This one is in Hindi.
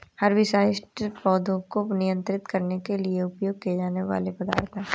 हर्बिसाइड्स पौधों को नियंत्रित करने के लिए उपयोग किए जाने वाले पदार्थ हैं